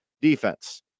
defense